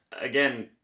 again